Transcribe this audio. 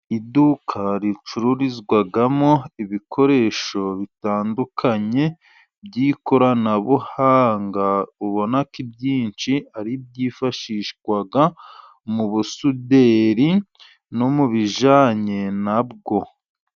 Iduka ricururizwamo ibikoresho bitandukanye by'ikoranabuhanga ubona ko ibyinshi ari ibyifashishwa mu busuderi no mu bijyanye na bwo.